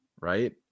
Right